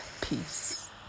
Peace